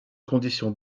conditions